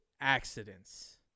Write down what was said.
accidents